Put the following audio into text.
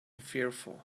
fearful